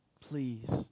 Please